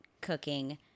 cooking